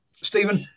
Stephen